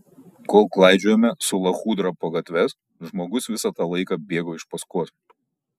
kol klaidžiojome su lachudra po gatves žmogus visą tą laiką bėgo iš paskos